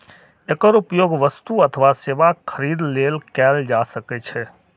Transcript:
एकर उपयोग वस्तु अथवा सेवाक खरीद लेल कैल जा सकै छै